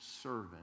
servant